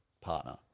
partner